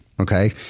Okay